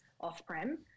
off-prem